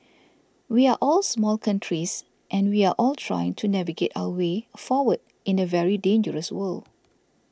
we are all small countries and we are all trying to navigate our way forward in a very dangerous world